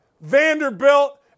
Vanderbilt